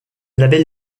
label